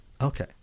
okay